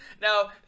Now